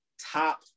top